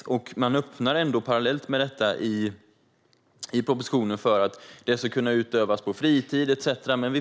Parallellt med detta öppnar man i propositionen för att det ska kunna utövas på fritiden etcetera.